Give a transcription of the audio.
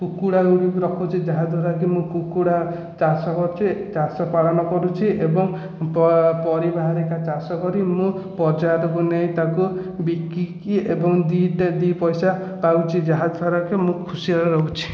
କୁକୁଡ଼ାକୁ ରଖୁଛି ଯାହାଦ୍ୱାରାକି ମୁଁ କୁକୁଡ଼ା ଚାଷ କରୁଛି ଚାଷ ପାଳନ କରୁଛି ଏବଂ ପ ପରିବା ହେରିକା ଚାଷ କରି ମୁଁ ବଜାରକୁ ନେଇ ତାକୁ ବିକିକି ଏବଂ ଦୁଇଟା ଦୁଇ ପଇସା ପାଉଛି ଯାହାଦ୍ଵାରା କି ମୁଁ ଖୁସିରେ ରହୁଛି